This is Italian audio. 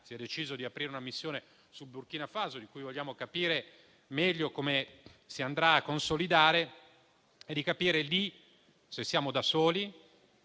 si è deciso di aprire una missione sul Burkina Faso e vogliamo capire meglio come si andrà a consolidare, se siamo da soli,